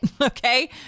okay